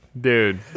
dude